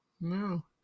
no